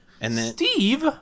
Steve